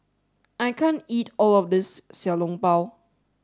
I can't eat all of this Xiao Long Bao